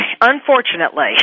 unfortunately